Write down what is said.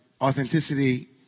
authenticity